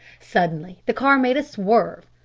suddenly the car made a swerve,